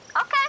Okay